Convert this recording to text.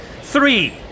Three